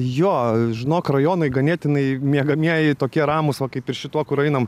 jo žinok rajonai ganėtinai miegamieji tokie ramūs va kaip ir šituo kur einam